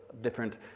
different